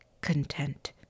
content